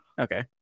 okay